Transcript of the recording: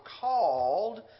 called